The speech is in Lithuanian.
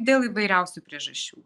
dėl įvairiausių priežasčių